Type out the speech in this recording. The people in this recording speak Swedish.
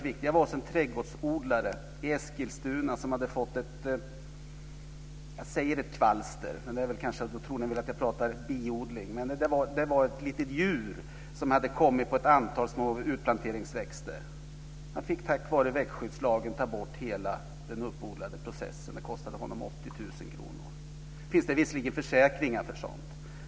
Jag var hos en trädgårdsodlare i Eskilstuna som hade fått ett kvalster. Säger jag det tror ni väl att jag pratar biodling. Men det var ett litet djur som hade kommit på ett antal utplanteringsväxter. Han fick tack vare växtskyddslagen ta bort hela den uppodlade processen. Det kostade honom 80 000 kr. Nu finns det visserligen försäkringar för sådant.